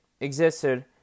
existed